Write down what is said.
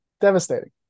devastating